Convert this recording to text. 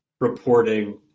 reporting